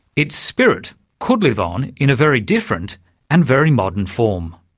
its spirit could live on in a very different and very modern form.